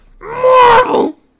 Marvel